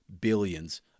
billions